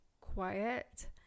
quiet